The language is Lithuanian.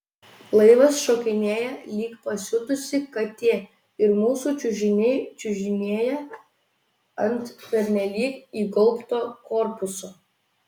laivas šokinėja lyg pasiutusi katė ir mūsų čiužiniai čiužinėja ant pernelyg įgaubto korpuso